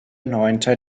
neunter